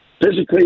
Physically